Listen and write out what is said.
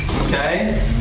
Okay